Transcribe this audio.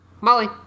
Molly